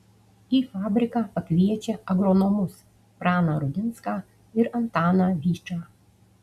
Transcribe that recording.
į fabriką pakviečia agronomus praną rudinską ir antaną vyčą